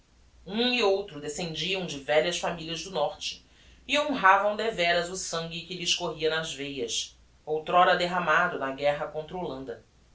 um e outro descendiam de velhas familias do norte e honravam devéras o sangue que lhes corria nas veias outr'ora derramado na guerra